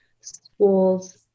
schools